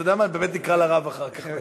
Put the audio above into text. יודע מה, באמת נקרא לרב אחר כך.